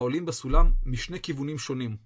עולים בסולם משני כיוונים שונים.